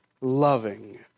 loving